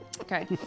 Okay